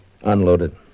Unloaded